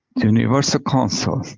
universal council.